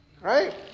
Right